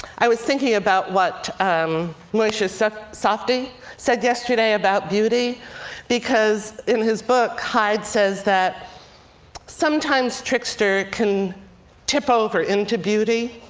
i was thinking about what um moshe safdie said yesterday about beauty because in his book, hyde says that sometimes trickster can tip over into beauty.